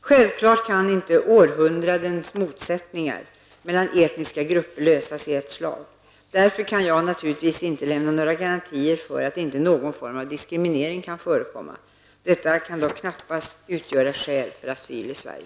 Självklart kan inte århundradens motsättningar mellan etniska grupper lösas i ett slag. Därför kan jag naturligtvis inte lämna några garantier för att inte någon form av diskriminering kan förekomma. Detta kan dock knappast utgöra skäl för asyl i